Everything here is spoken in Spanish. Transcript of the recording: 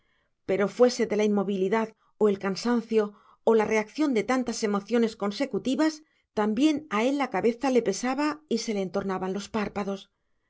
pero fuese la inmovilidad o el cansancio o la reacción de tantas emociones consecutivas también a él la cabeza le pesaba y se le entornaban los párpados